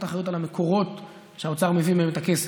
אחריות על המקורות שהאוצר מביא מהם את הכסף.